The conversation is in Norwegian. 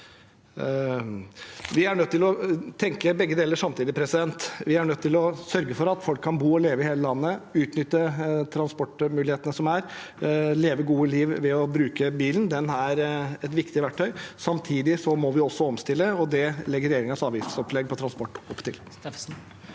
Vi er nødt til å tenke begge deler samtidig. Vi er nødt til å sørge for at folk kan bo og leve i hele landet, utnytte transportmulighetene som er, og leve et godt liv ved å bruke bilen. Den er et viktig transportmiddel. Samtidig må vi også omstille, og det legger regjeringens avgiftsopplegg på transport opp til.